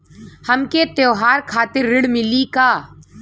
हमके त्योहार खातिर ऋण मिली का?